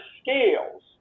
scales